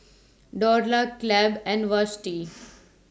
Dorla Clabe and Vashti